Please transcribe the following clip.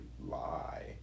lie